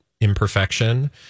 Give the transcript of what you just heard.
imperfection